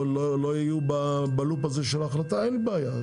לא יהיו בלופ הזה של ההחלטה אין בעיה,